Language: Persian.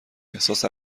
احساس